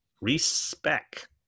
Respect